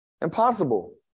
Impossible